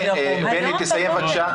בני, תסיים, בבקשה.